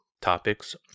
topics